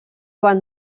van